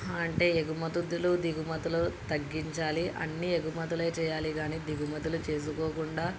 అంటే ఎగుమతులు దిగుమతులు తగ్గించాలి అన్నీ ఎగుమతులు చేయాలి కానీ దిగుమతులు చేసుకోకుండా